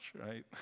right